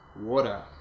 water